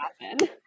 happen